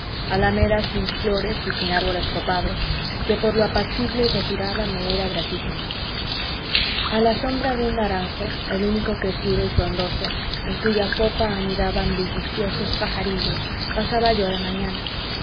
alameda sin flores y sin árboles copados que por lo apacible y retirada me era gratísima a la sombra de un naranjo el único crecido y frondoso en cuya copa anidaban bulliciosos pajarillos pasaba yo la mañana